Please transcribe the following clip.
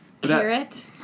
Carrot